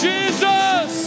Jesus